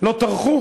לא טרחו